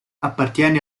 appartiene